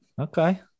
Okay